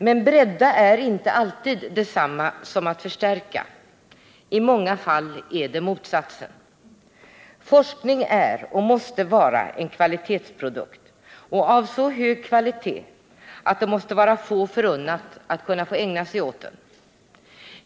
Men att bredda är inte alltid detsamma som att förstärka. I många fall är det motsatsen. Forskning är och måste vara en kvalitetsprodukt —och av så hög kvalitet att det måste vara få förunnat att kunna ägna sig åt den.